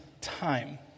time